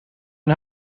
een